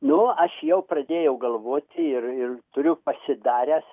nu aš jau pradėjau galvoti ir ir turiu pasidaręs